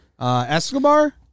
Escobar